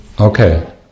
Okay